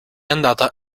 andata